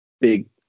big